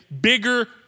bigger